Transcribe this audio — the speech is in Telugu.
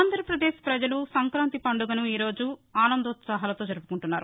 ఆంధ్రప్రదేశ్ ప్రజలు సంక్రాంతి పండుగను ఈరోజు ఆనందోత్సహాలతో జరుపుకుంటున్నారు